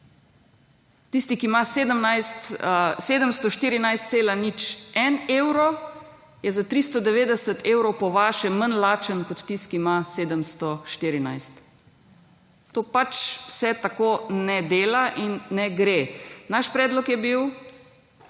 Tisti, ki ima 714,01 evrov je za 390 evrov po vašem manj lačen kot tisti, ki ima 714. To pač se tako ne dela in ne gre. Naš predlog je bil,